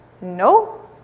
no